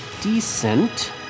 decent